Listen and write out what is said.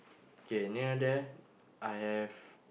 okay near there I have